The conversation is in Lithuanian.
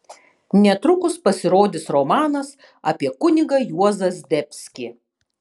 netrukus pasirodys romanas apie kunigą juozą zdebskį